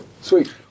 sweet